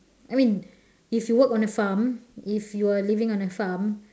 I mean if you work on a farm if you are living on a farm